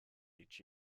each